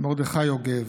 מרדכי יוגב,